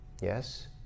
Yes